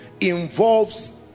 involves